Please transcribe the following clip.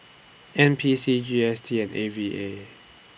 N P C G S T and A V A